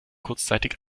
kurzzeitig